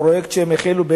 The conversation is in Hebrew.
הפרויקט שהם הכינו,